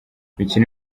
imikino